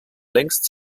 längst